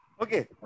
Okay